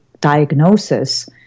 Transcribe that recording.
diagnosis